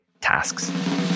tasks